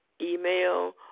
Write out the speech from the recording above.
email